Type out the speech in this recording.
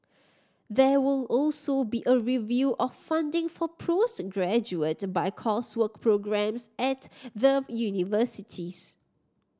there will also be a review of funding for postgraduate by coursework programmes at the universities